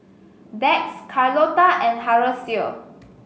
Dax Carlotta and Horacio